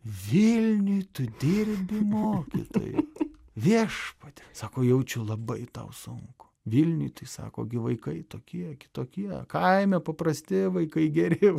vilniuj tu dirbi mokytoju viešpatie sako jaučiu labai tau sunku vilniuj tai sako gi vaikai tokie kitokie kaime paprasti vaikai geri